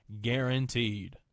guaranteed